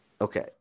Okay